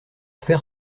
faire